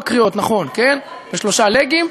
בשלוש קריאות בשבועיים-שלושה הקרובים.